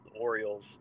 Orioles